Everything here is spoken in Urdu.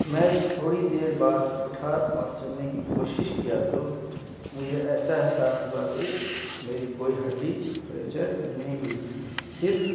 میں تھوڑی دیر بعد اٹھا اور چلنے کی کوشش کیا تو مجھے ایسا احساس ہوا کہ میری کوئی ہڈی فریکچر نہیں ہوئی صرف